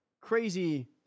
crazy